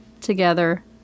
together